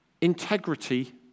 integrity